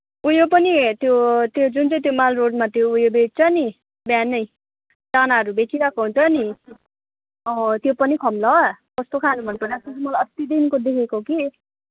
उयो पनि त्यो त्यो जुन चाहिँ त्यो माल रोडमा त्यो उयो बेच्छ नि बिहानै चानाहरू बेचिरहेको हुन्छ नि त्यो पनि खाऊँ ल कस्तो खान मनलागेको छ मलाई अस्तिदेखिको देखेको कि